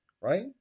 right